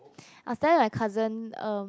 I tell my cousin erm